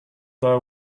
their